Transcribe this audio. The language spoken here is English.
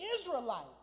Israelite